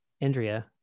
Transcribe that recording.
Andrea